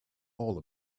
all